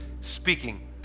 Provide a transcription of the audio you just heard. speaking